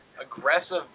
aggressive